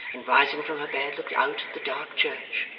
and rising from her bed looked out at the dark church,